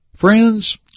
Friends